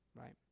right